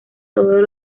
todos